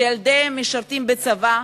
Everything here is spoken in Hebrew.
שילדיהם משרתים בצבא,